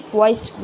voice